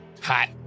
Hot